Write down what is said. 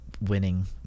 winning